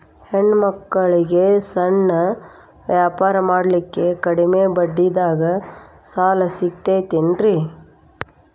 ಹೆಣ್ಣ ಮಕ್ಕಳಿಗೆ ಸಣ್ಣ ವ್ಯಾಪಾರ ಮಾಡ್ಲಿಕ್ಕೆ ಕಡಿಮಿ ಬಡ್ಡಿದಾಗ ಸಾಲ ಸಿಗತೈತೇನ್ರಿ?